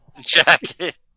jacket